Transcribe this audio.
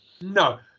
No